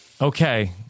okay